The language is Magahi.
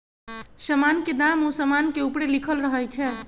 समान के दाम उ समान के ऊपरे लिखल रहइ छै